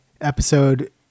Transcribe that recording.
episode